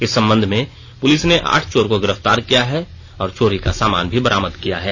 इस संबंध में पुलिस ने आठ चोर को गिरफ्तार किया है और चोरी का सामान भी बरामद कर लिया है